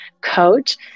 coach